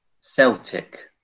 Celtic